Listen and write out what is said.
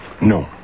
No